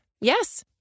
Yes